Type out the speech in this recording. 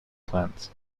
plants